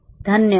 धन्यवाद